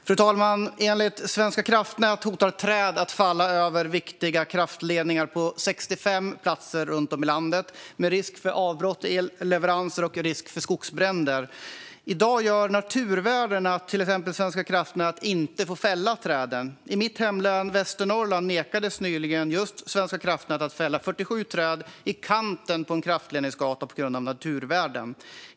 Fru talman! Enligt Svenska kraftnät hotar träd att falla över viktiga kraftledningar på 65 platser runt om i landet, med risk för avbrott i leveranser och risk för skogsbränder. I dag gör naturvärden att till exempel Svenska kraftnät inte får fälla dessa träd. I mitt hemlän Västernorrland nekades nyligen just Svenska kraftnät att fälla 47 träd i kanten av en kraftledningsgata på grund av naturvärden.